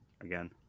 again